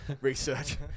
research